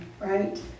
right